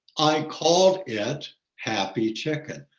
i called it happy chicken.